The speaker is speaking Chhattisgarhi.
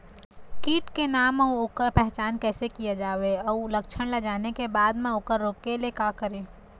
कीट के नाम अउ ओकर पहचान कैसे किया जावे अउ लक्षण ला जाने के बाद मा ओकर रोके ले का करें?